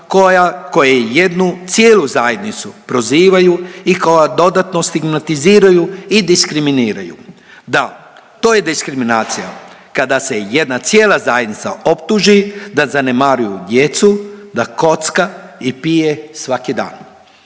koji jednu cijenu zajednicu prozivaju i koja dodatno stigmatiziraju i diskriminiraju. Da, to je diskriminacija, kada se jedna cijela zajednica optuži da zanemaruju djecu, da kocka i pije svaki dan.